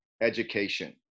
education